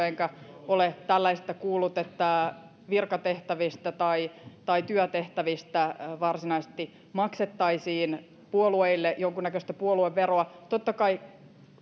enkä ole tällaista kuullut että virkatehtävistä tai tai työtehtävistä varsinaisesti maksettaisiin puolueille jonkunnäköistä puolueveroa totta kai